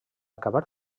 acabar